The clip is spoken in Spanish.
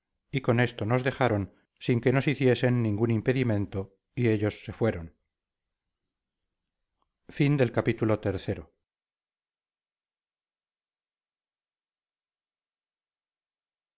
y con esto nos dejaron sin que nos hiciesen ningún impedimento y ellos se fueron